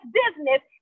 business